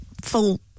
full